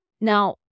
Now